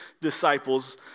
disciples